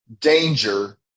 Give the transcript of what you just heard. danger